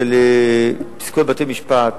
פסיקות של בתי-משפט,